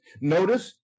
notice